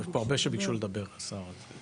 יש פה הרבה שביקשו לדבר, השר.